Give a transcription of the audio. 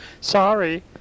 sorry